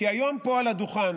כי היום פה על הדוכן,